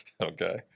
Okay